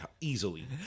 Easily